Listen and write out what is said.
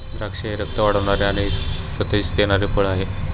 द्राक्षे हे रक्त वाढवणारे आणि सतेज देणारे फळ आहे